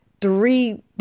three